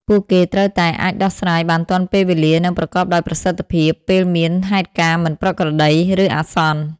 ពួកគេត្រូវតែអាចដោះស្រាយបានទាន់ពេលវេលា និងប្រកបដោយប្រសិទ្ធភាព ពេលមានហេតុការណ៍មិនប្រក្រតី ឬអាសន្ន។